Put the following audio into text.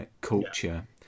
culture